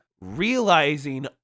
realizing